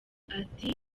ati